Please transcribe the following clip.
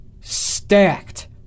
Stacked